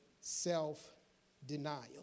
self-denial